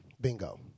Bingo